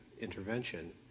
intervention